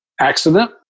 accident